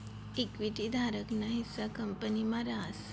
equity धारक ना हिस्सा कंपनी मा रास